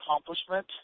accomplishment